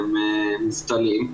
הם מובטלים,